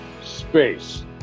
space